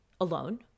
alone